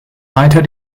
weiter